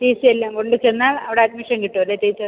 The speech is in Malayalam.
ടി സി എല്ലാം കൊണ്ട് ചെന്നാൽ അവിടെ അഡ്മിഷൻ കിട്ടും അല്ലേ ടീച്ചർ